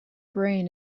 brain